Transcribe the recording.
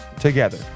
together